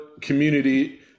community